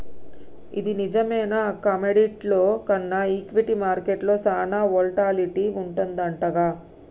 ఇది నిజమేనా కమోడిటీల్లో కన్నా ఈక్విటీ మార్కెట్లో సాన వోల్టాలిటీ వుంటదంటగా